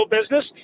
business